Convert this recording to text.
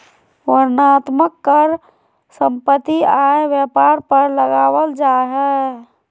वर्णनात्मक कर सम्पत्ति, आय, व्यापार पर लगावल जा हय